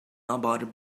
about